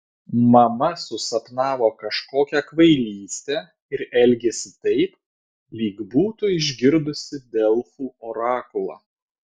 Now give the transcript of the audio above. mama susapnavo kažkokią kvailystę ir elgiasi taip lyg būtų išgirdusi delfų orakulą